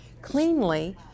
cleanly